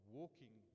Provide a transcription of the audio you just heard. walking